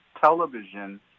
television